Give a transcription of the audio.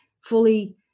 fully